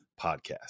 podcast